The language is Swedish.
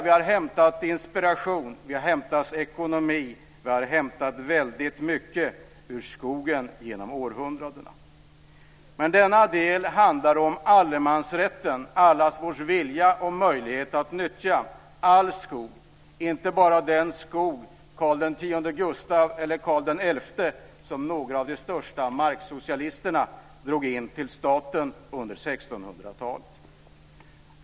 Vi har hämtat inspiration, ekonomi och väldigt mycket ur skogen genom århundradena. Denna del handlar om allemansrätten, allas vår vilja och möjlighet att nyttja all skog, inte bara den skog Karl X Gustav eller Karl XI som några av de största marksocialisterna drog in till staten under 1600-talet.